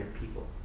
people